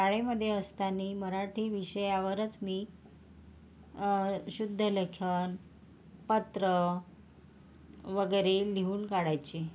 शाळेमध्ये असताना मराठी विषयावरच मी शुद्धलेखन पत्र वगैरे लिहून काढायची